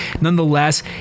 nonetheless